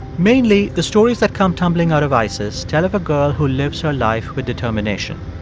mainly, the stories that come tumbling out of isis tell of a girl who lives her life with determination.